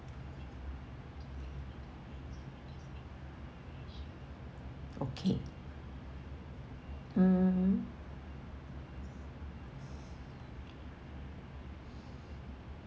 okay mm